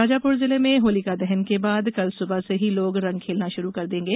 शाजापुर जिले में होली दहन के बाद कल सुबह से ही लोग रंग खेलना शुरू कर देंगे